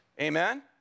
Amen